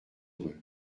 eux